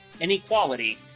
inequality